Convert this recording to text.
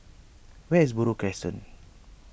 where is Buroh Crescent